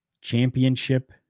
Championship